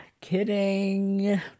Kidding